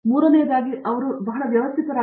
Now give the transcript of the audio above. ಮೂರನೆಯದಾಗಿ ಅವರು ಬಹಳ ವ್ಯವಸ್ಥಿತವಾಗಿರಬೇಕು